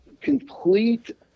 complete